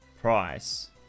price